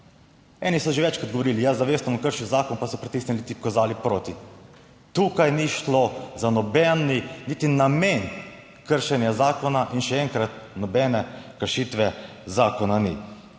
Eni so že večkrat govorili, ja, zavestno kršil zakon pa so pritisnili tipko za ali proti; tukaj ni šlo za noben niti namen kršenja zakona. In še enkrat, nobene kršitve zakona ni,